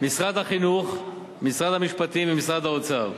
משרד החינוך, משרד המשפטים ומשרד האוצר,